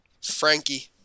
Frankie